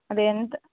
అదే ఎంత